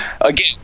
again